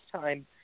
time